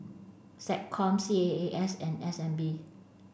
SecCom C A A S and S N B